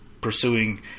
pursuing